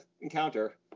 encounter